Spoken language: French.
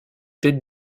tête